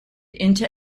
into